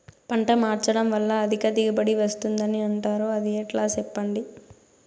పంట మార్చడం వల్ల అధిక దిగుబడి వస్తుందని అంటారు అది ఎట్లా సెప్పండి